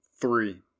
three